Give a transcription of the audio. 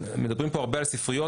מדברים פה הרבה על ספריות,